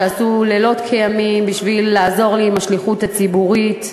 שעשו לילות כימים בשביל לעזור לי בשליחות הציבורית.